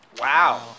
Wow